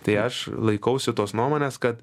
tai aš laikausi tos nuomonės kad